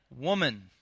woman